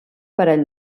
parell